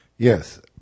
Yes